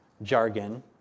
jargon